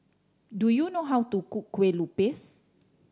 do you know how to cook Kueh Lupis